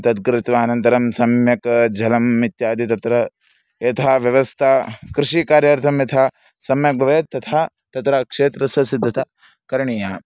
तद् कृत्वा अनन्तरं सम्यक् जलम् इत्यादि तत्र यथा व्यवस्था कृषिकार्यार्थं यथा सम्यक् भवेत् तथा तत्र क्षेत्रस्य सिद्धता करणीया